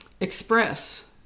express